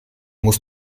musst